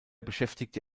beschäftigte